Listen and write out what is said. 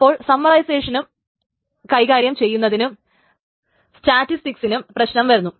അപ്പോൾ സമ്മറയ്സേഷനും കൈകാര്യം ചെയ്യുന്നതിനും സ്റ്റാറ്റസ്റ്റികിനും പ്രശ്നം വരുന്നു